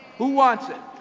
who wants it?